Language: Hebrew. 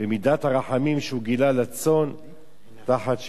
ומידת הרחמים שהוא גילה לצאן תחת שבטו.